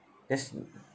that's